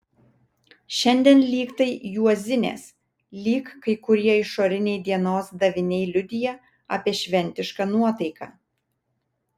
šiandien lyg tai juozinės lyg kai kurie išoriniai dienos daviniai liudija apie šventišką nuotaiką